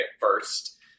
first